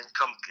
come